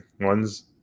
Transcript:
ones